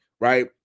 right